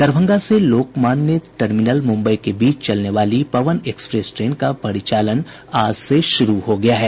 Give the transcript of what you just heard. दरभंगा से लोकमान्य टर्मिनल मुंबई के बीच चलने वाली पवन एक्सप्रेस ट्रेन का परिचालन आज से शुरू हो गया है